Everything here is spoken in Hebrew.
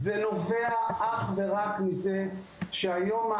זה נובע אך ורק מזה שהיום,